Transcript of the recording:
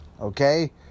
okay